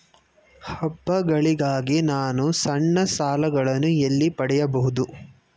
ಹಬ್ಬಗಳಿಗಾಗಿ ನಾನು ಸಣ್ಣ ಸಾಲಗಳನ್ನು ಎಲ್ಲಿ ಪಡೆಯಬಹುದು?